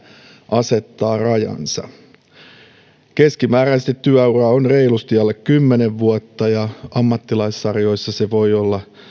asettaa rajansa keskimääräisesti työura on reilusti alle kymmenen vuotta ja ammattilaissarjoissa se voi olla